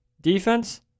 Defense